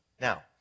Now